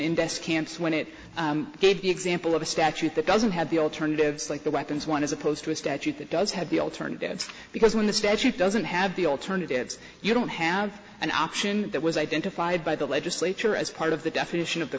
best camps when it gave the example of a statute that doesn't have the alternatives like the weapons one as opposed to a statute that does have the alternatives because when the statute doesn't have the alternatives you don't have an option that was identified by the legislature as part of the definition of the